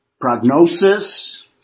Prognosis